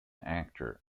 actor